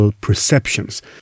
perceptions